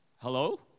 Hello